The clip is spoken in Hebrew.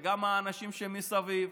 וגם האנשים שמסביב,